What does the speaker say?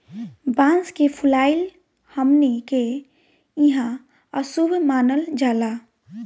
बांस के फुलाइल हमनी के इहां अशुभ मानल जाला